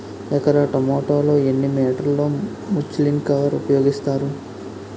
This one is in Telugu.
ఎకర టొమాటో లో ఎన్ని మీటర్ లో ముచ్లిన్ కవర్ ఉపయోగిస్తారు?